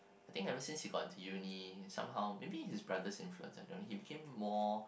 I think ever since we got into uni then somehow maybe his brother's influence I don't know he became more